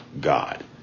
God